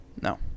No